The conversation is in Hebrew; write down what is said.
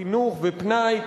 חינוך ופנאי.